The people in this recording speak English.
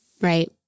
Right